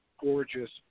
gorgeous